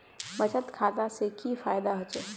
बचत खाता से की फायदा होचे?